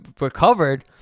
recovered